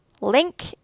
link